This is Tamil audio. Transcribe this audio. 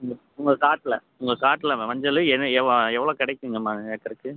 உங்கள் உங்கள் காட்டில் உங்கள் காட்டில் மஞ்சள் எவ்வளோ கிடகைக்குங்க ஏக்கருக்கு